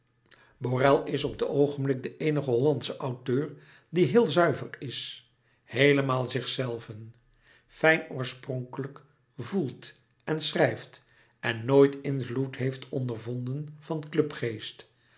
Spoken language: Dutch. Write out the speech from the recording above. borel is op het oogenblik de eenige hollandsche auteur die heel zuiver is heelemaal zichzelven fijn oorspronkelijk voelt en schrijft en nooit invloed heeft ondervonden van